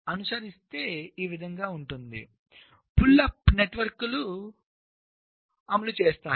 కాబట్టి pull up నెట్వర్క్లు దీన్ని అమలు చేస్తాయి